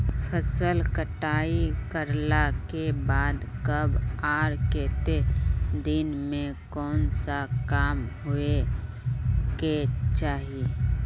फसल कटाई करला के बाद कब आर केते दिन में कोन सा काम होय के चाहिए?